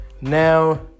now